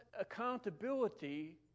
accountability